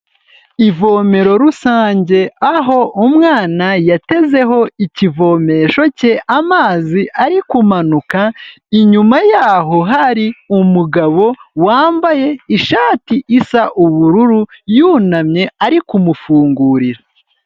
Ivomero rusange aho umwana yatezeho ikivomesho cye amazi ari kumanuka, inyuma yaho hari umugabo wambaye ishati isa ubururu yunamye ari kumufungurira.